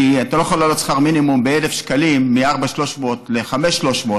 כי אתה לא יכול להעלות שכר מינימום ב-1,000 שקלים מ-4,300 ל-5,300,